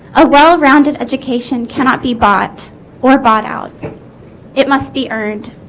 a well-rounded education cannot be bought or bought out it must be earned